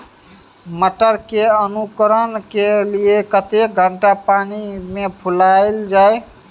मटर के अंकुरण के लिए कतेक घंटा पानी मे फुलाईल जाय?